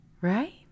Right